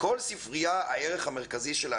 כל ספרייה הערך המרכזי שלה,